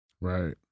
right